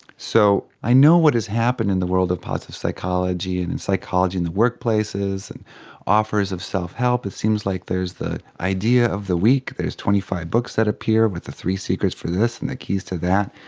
so i know what has happened in the world of positive psychology and in psychology in the workplaces, and offers of self-help, it seems like there's the idea of the week, there's twenty five books that appear with the three secrets for this and the keys to that,